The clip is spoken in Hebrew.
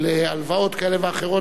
להלוואות כאלה ואחרות,